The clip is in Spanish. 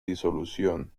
disolución